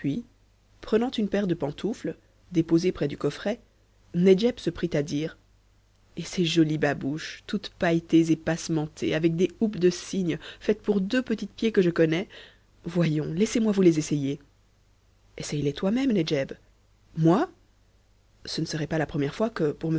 prenant une paire de pantoufles déposées près du coffret nedjeb se prit à dire et ces jolies babouches toutes pailletées et passementées avec des houppes de cygne faites pour deux petits pieds que je connais voyons laissez-moi vous les essayer essaye les toi-même nedjeb moi ce ne serait pas la première fois que